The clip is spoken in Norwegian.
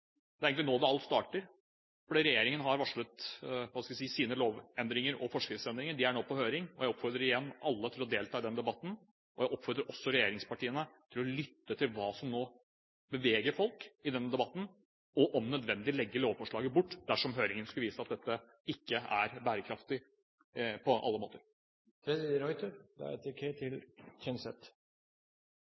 Det er egentlig nå alt starter, for regjeringen har varslet sine lovendringer og forskriftsendringer, og de er nå på høring. Jeg oppfordrer igjen alle til å delta i den debatten, og jeg oppfordrer også regjeringspartiene til å lytte til hva som nå beveger folk i denne debatten, og om nødvendig legge lovforslaget bort dersom høringen skulle vise at dette ikke på alle måter er bærekraftig.